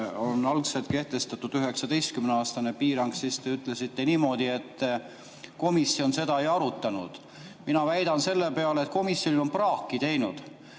on algselt kehtestatud 19-aastane piirang, siis te ütlesite niimoodi, et komisjon seda ei arutanud. Mina väidan selle peale, et komisjon on praaki teinud.